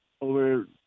over